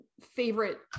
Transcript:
favorite